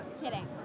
Kidding